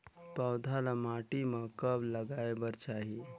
पौधा ल माटी म कब लगाए बर चाही?